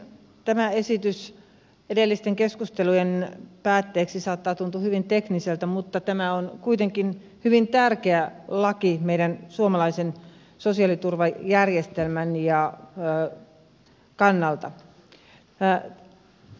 tämä esitys saattaa tuntua edellisten keskustelujen päätteeksi hyvin tekniseltä mutta tämä on kuitenkin hyvin tärkeä laki meidän suomalaisen sosiaaliturvajärjestelmän kannalta